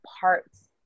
parts